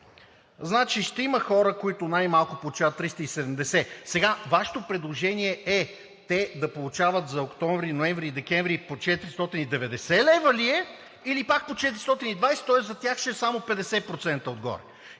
лв., ще има хора, които най-малко получават 370 лв. Сега Вашето предложение е те да получават за октомври, ноември и декември по 490 лв. ли е, или пак по 420, тоест за тях ще е само 50% отгоре?